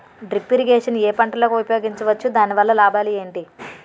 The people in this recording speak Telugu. డ్రిప్ ఇరిగేషన్ ఏ పంటలకు ఉపయోగించవచ్చు? దాని వల్ల లాభాలు ఏంటి?